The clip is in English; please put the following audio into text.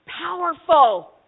powerful